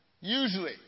Usually